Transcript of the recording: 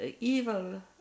evil